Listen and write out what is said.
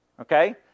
okay